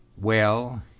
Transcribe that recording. Well